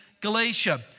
Galatia